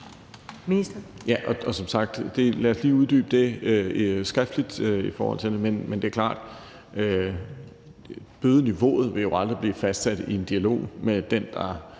Ja, og lad os lige uddybe det skriftligt. Men det er klart, at bødeniveauet aldrig vil blive fastsat i en dialog med den, der